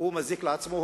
הוא מזיק לעצמו,